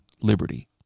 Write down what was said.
liberty